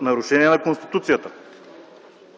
нарушение на Конституцията.